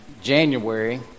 January